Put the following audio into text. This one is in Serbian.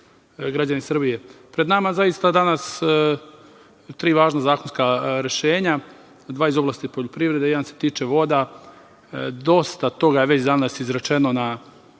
građani Srbije, pred nama su zaista danas tri važna zakonska rešenja, dva iz oblasti poljoprivrede, jedan se tiče voda. Dosta toga je već danas izrečeno u